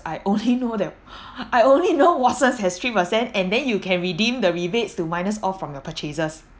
I only know that I only know Watsons has three percent and then you can redeem the rebates to minus off from your purchases